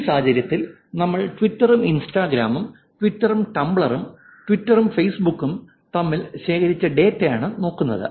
ഈ സാഹചര്യത്തിൽ നമ്മൾ ട്വിറ്ററും ഇൻസ്റ്റാഗ്രാമും ട്വിറ്ററും ടംബ്ലറും ട്വിറ്ററും ഫേസ്ബുക്കും തമ്മിൽ ശേഖരിച്ച ഡാറ്റയാണ് നോക്കുന്നത്